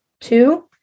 Two